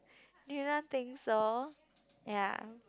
do you not think so ya